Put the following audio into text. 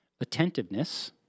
attentiveness